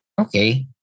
okay